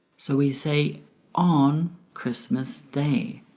so we say on christmas day